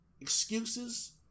excuses